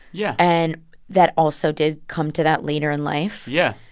yeah. and that also did come to that later in life. yeah.